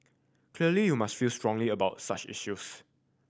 clearly you must feel strongly about such issues